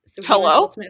Hello